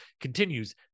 continues